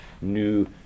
new